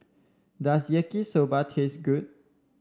does Yaki Soba taste good